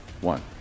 one